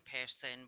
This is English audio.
person